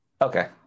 okay